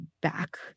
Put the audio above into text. back